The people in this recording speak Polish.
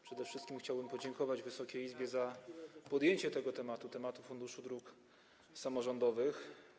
Przede wszystkim chciałbym podziękować Wysokiej Izbie za podjęcie tematu Funduszu Dróg Samorządowych.